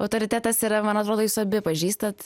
autoritetas yra man atrodo jūs abi pažįstat